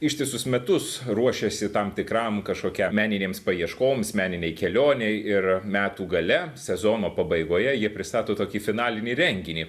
ištisus metus ruošėsi tam tikram kažkokiam meninėms paieškoms meninei kelionei ir metų gale sezono pabaigoje jie pristato tokį finalinį renginį